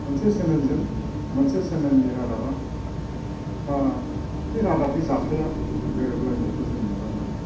मोनसे चेनेलजों मोनसे चेनेलनि रादाबा बा बे रादाबनि जाथाया गोरोबलायनायखौ जों नुनो मोना